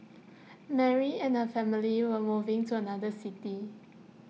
Mary and her family were moving to another city